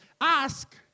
Ask